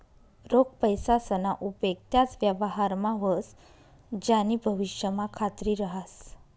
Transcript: रोख पैसासना उपेग त्याच व्यवहारमा व्हस ज्यानी भविष्यमा खात्री रहास